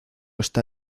está